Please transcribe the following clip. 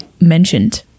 mentioned